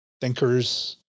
thinkers